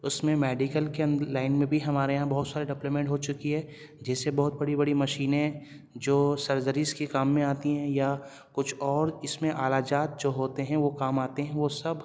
اس میں میڈیکل کے اندر لائن میں بھی ہمارے یہاں بہت ساری ڈولپمنٹ ہو چکی ہے جس سے بہت بڑی بڑی مشینیں جو سرجریز کے کام میں آتی ہیں یا کچھ اور اس میں آلہ جات جو ہوتے ہیں وہ کام آتے ہیں وہ سب